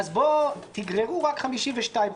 עכשיו תגררו רק 52 חודש.